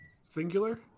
Singular